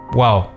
wow